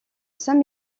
saint